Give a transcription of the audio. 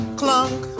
clunk